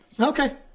Okay